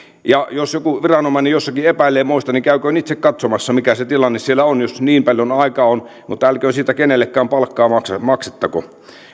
ja jos joku viranomainen jossakin epäilee moista niin käyköön itse katsomassa mikä se tilanne siellä on jos niin paljon aikaa on mutta älköön siitä kenellekään palkkaa maksettako